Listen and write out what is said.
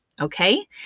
Okay